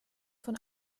von